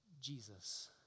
Jesus